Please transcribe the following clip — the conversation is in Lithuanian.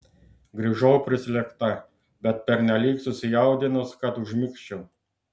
grįžau prislėgta bet pernelyg susijaudinus kad užmigčiau